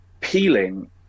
Peeling